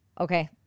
okay